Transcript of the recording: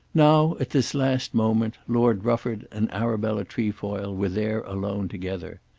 now, at this last moment, lord rufford and arabella trefoil were there alone together.